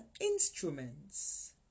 instruments